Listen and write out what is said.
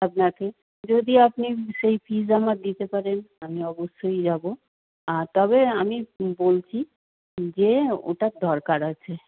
আপনাকে যদি আপনি সেই ফিজ আমার দিতে পারেন আমি অবশ্যই যাব আর তবে আমি বলছি যে ওটার দরকার আছে